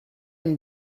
une